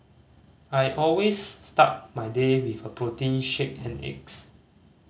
I always start my day with a protein shake and eggs